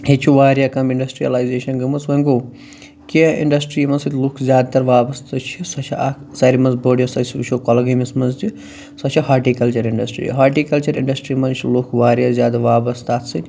ییٚتہِ چھِ واریاہ کَم اِنڈَسٹِرٛیَلایزیشَن گٔمٕژ وۄنۍ گوٚو کیٚنٛہہ اِنڈَسٹِرٛی یِمن سۭتۍ لوٗکھ زیادٕ تَر وابستہٕ چھِ سۄ چھِ اَکھ ساروٕے منٛز بٔڑ یۄس أسۍ وُچھو کۄلگٲمِس منٛز تہِ سۄ چھِ ہارٹیٖکَلچَر اِنڈَسٹِرٛی ہارٹیِٖکَلچَر اِنڈَسٹِرٛی منٛز چھِ لوٗکھ واریاہ زیادٕ وابستہٕ اَتھ سۭتۍ